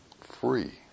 free